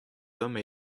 hommes